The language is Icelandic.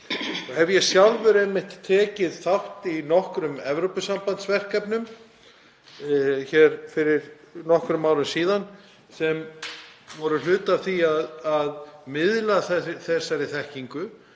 Ég hef sjálfur tekið þátt í nokkrum Evrópusambandsverkefnum fyrir nokkrum árum síðan sem voru hluti af því að miðla þessari þekkingu